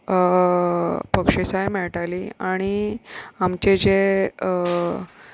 बक्षिसांय मेळटालीं आनी आमचे जे